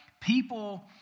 people